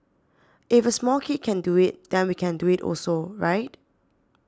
if a small kid can do it then we can do it also right